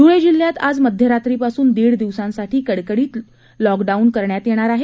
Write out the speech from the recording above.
ध्ळे जिल्ह्यात आज मध्यरात्रीपासून दीड दिवसांसाठी कडकडीत लॉकडाऊन करण्यात येणार आहे